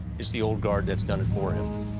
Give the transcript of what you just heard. it's the old guard that's done it for him.